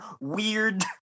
weird